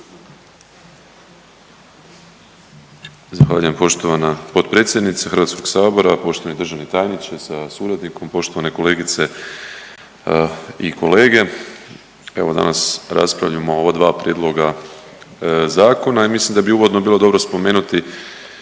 Zahvaljujem poštovana predsjednice HS, poštovani državni tajniče sa suradnikom, poštovane kolegice i kolege. Evo danas raspravljamo o ova dva prijedloga zakona i ja mislim da bi uvodno bilo dobro spomenuti